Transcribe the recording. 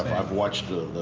i've watched the,